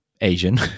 Asian